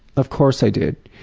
of course i did.